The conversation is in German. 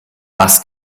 was